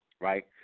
right